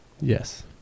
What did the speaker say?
yes